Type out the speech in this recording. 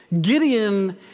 Gideon